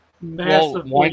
massive